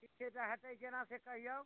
ठिक छै तऽ होयतै केना से कहियौ